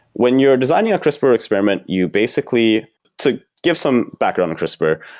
when you're designing a crispr experiment, you basically to give some background crispr,